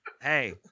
Hey